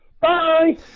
Bye